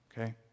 okay